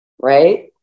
Right